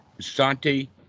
Santi